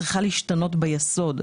צריכה להשתנות ביסוד.